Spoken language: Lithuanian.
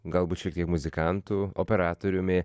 galbūt šiek tiek muzikantu operatoriumi